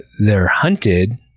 they're hunted,